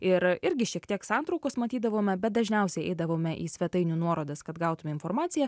ir irgi šiek tiek santraukos matydavome bet dažniausiai eidavome į svetainių nuorodas kad gautume informaciją